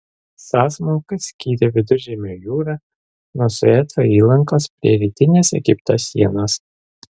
sąsmauka skyrė viduržemio jūrą nuo sueco įlankos prie rytinės egipto sienos